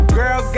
girl